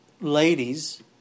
ladies